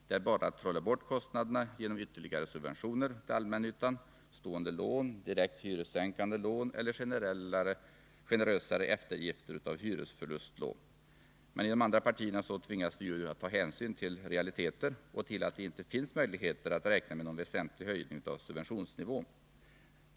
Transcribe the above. Det är bara att trolla bort kostnaderna genom ytterligare subventioner till allmännyttan, stående lån, direkt hyressänkande lån eller generösare eftergifter när det gäller hyresförlustlån. I de andra partierna tvingas vi ju ta hänsyn till realiteter och till att det inte finns möjligheter att i framtiden räkna med någon väsentlig höjning av subventionsnivån.